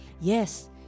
Yes